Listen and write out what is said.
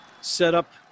setup